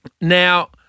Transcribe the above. Now